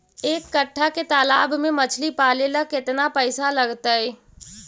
एक कट्ठा के तालाब में मछली पाले ल केतना पैसा लगतै?